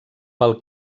pel